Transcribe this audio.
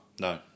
No